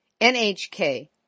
NHK